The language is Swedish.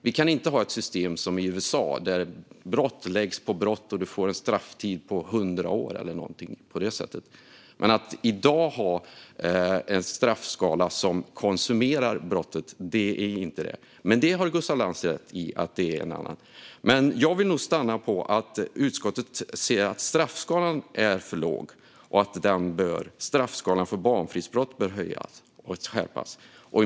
Vi kan inte ha ett system som i USA, där brott läggs på brott så att man får en strafftid på 100 år eller så. Men att i dag ha en straffskala som konsumerar brottet är inte bra, och Gustaf Lantz har alltså rätt i att det är en annan fråga. Jag vill nog stanna vid att utskottet anser att straffskalan för barnfridsbrott är för låg och bör höjas.